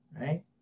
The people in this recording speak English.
right